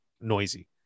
noisy